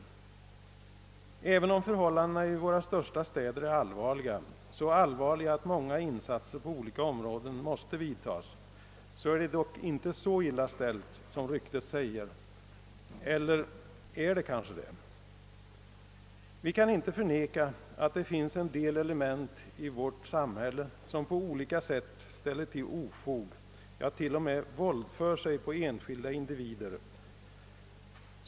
även om förhållandena i våra största städer är allvarliga — så allvarliga, att många insatser på olika områden måste vidtagas — är det dock inte så illa ställt som ryktet säger — eller är det kanske det? Vi kan inte förneka att det finns en del element i vårt samhälle som på olika sätt ställer till ofog och t.o.m. våldför sig på enskilda individer.